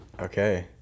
Okay